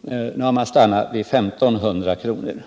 Nu har man stannat vid 1 500 kr.